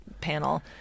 panel